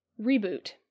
reboot